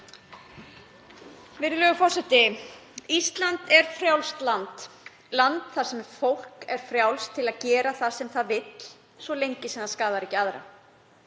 Virðulegur forseti. Ísland er frjálst land, land þar sem fólki er frjálst að gera það sem það vill svo lengi sem það skaðar ekki aðra.